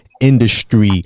industry